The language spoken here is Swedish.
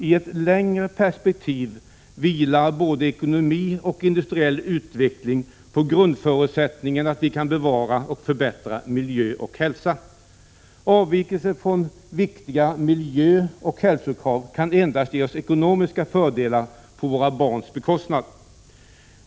I ett längre perspektiv vilar både ekonomi och industriell utveckling på grundförutsättningen att vi kan bevara och förbättra miljö och hälsa. Avvikelser från viktiga miljöoch hälsokrav kan endast ge oss ekonomiska fördelar på våra barns bekostnad.